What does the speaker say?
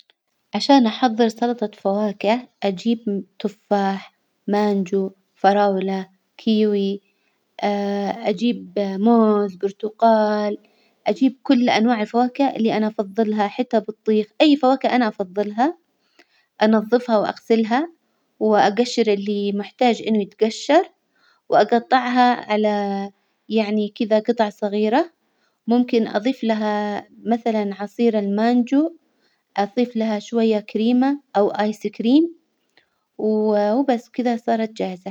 عشان أحضر سلطة فواكه، أجيب تفاح، مانجو، فراولة، كيوي أجيب موز، برتقال، أجيب كل أنواع الفواكه اللي أنا أفضلها حتى بطيخ، أي فواكه أنا أفضلها، أنظفها وأغسلها وأجشر اللي محتاج إنه يتجشر، وأجطعها على يعني كذا جطع صغيرة، ممكن أظيف لها مثلا عصير المانجو، أظيف لها شوية كريمة أو آيس كريم، وبس كذا صارت جاهزة.